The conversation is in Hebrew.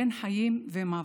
בין חיים ומוות.